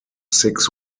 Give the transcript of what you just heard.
six